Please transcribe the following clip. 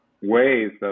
ways